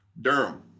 Durham